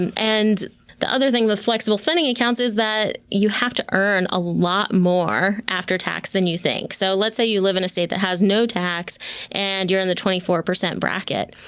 and and the other thing with flexible spending accounts is that you have to earn a lot more after tax than you think. so let's say you live in a state that has no tax and you're in the twenty four percent bracket.